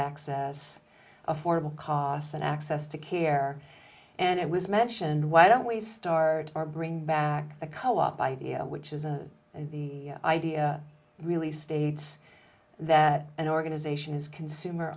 access affordable costs and access to care and it was mentioned why don't we start our bring back the co op idea which is the idea really states that an organization is consumer